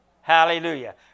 Hallelujah